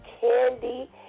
Candy